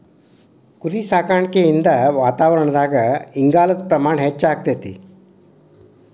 ಕುರಿಸಾಕಾಣಿಕೆಯಿಂದ ವಾತಾವರಣದಾಗ ಇಂಗಾಲದ ಪ್ರಮಾಣ ಹೆಚ್ಚಆಗ್ತೇತಿ